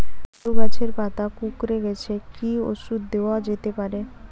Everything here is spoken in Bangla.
আলু গাছের পাতা কুকরে গেছে কি ঔষধ দেওয়া যেতে পারে?